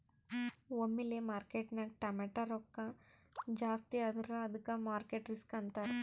ಒಮ್ಮಿಲೆ ಮಾರ್ಕೆಟ್ನಾಗ್ ಟಮಾಟ್ಯ ರೊಕ್ಕಾ ಜಾಸ್ತಿ ಆದುರ ಅದ್ದುಕ ಮಾರ್ಕೆಟ್ ರಿಸ್ಕ್ ಅಂತಾರ್